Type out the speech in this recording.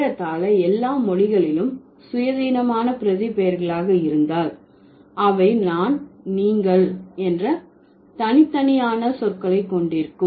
ஏறத்தாழ எல்லா மொழிகளிலும் சுயாதீனமான பிரதி பெயர்களாக இருந்தால் அவை நான் நீங்கள் என்ற தனித்தனியான சொற்களை கொண்டிருக்கும்